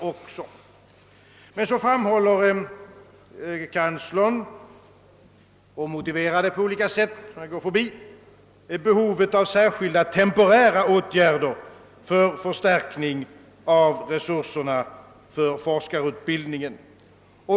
Kanslern framhåller emellertid — och han motiverar det på olika sätt vilket jag dock förbigår — behovet av särskilda temporära åtgärder för förstärkning av resurserna för forskarutbildningen.